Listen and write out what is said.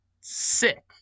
sick